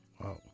Wow